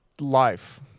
life